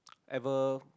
ever